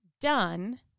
done